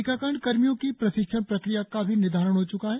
टीकाकरण कर्मियों की प्रशिक्षण प्रक्रिया का भी निर्धारण हो च्का है